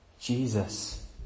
Jesus